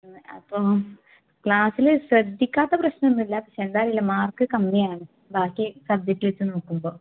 അപ്പം ക്ലാസ്സില് ശ്രദ്ധിക്കാത്ത പ്രശ്നമൊന്നുമില്ല എന്താന്നറിയില്ല മാർക്ക് കമ്മിയാണ് ബാക്കി സബ്ജെക്ട് വെച്ച് നോക്കുമ്പോൾ